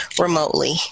remotely